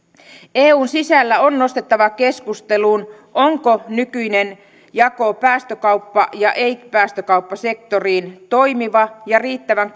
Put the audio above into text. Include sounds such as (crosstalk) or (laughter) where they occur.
eun sisällä on nostettava keskusteluun onko nykyinen jako päästökauppa ja ei päästökauppasektoriin toimiva ja riittävän (unintelligible)